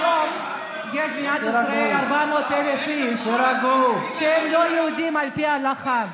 היום יש במדינת ישראל 400,000 איש שהם לא יהודים על פי ההלכה.